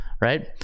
right